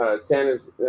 Santa's